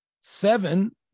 Seven